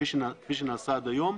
כפי שזה נעשה עד היום.